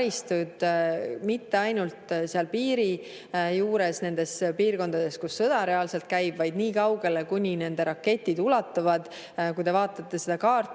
mitte ainult seal piiri juures nendes piirkondades, kus sõda reaalselt käib, vaid nii kaugele, kuni nende raketid ulatuvad. Kui te vaatate seda kaarti,